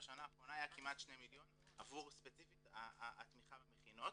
היה כמעט שני מיליון עבור ספציפית התמיכה במכינות